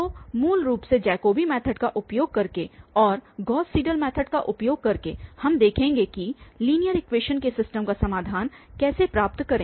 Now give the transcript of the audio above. तो मूल रूप से जैकोबी मैथड का उपयोग करके और गॉस सीडल मैथड का उपयोग करके हम देखेंगे कि लीनियर इक्वेशनस के सिस्टम का समाधान कैसे प्राप्त करें